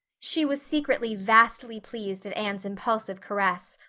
she was secretly vastly pleased at anne's impulsive caress,